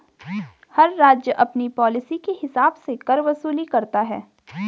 हर राज्य अपनी पॉलिसी के हिसाब से कर वसूली करता है